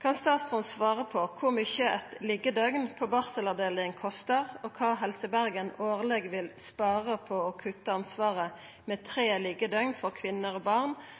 Kan statsråden svare på kor mykje eit liggjedøgn på barselavdeling kostar, og kva Helse Bergen årleg vil spare på å kutte ansvaret med tre liggjedøgn for kvinner/barn, og